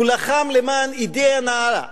הוא לחם למען אידיאה נעלה.